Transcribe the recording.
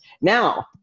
Now